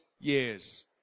years